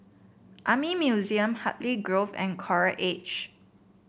Army Museum Hartley Grove and Coral Edge